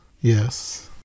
Yes